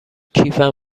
کیفم